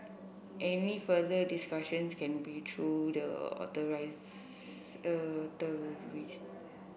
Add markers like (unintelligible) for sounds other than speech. any further discussions can be through the (unintelligible)